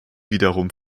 wiederum